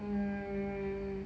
hmm